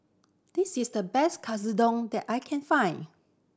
this is the best Katsudon that I can find